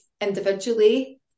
individually